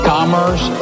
Commerce